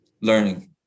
learning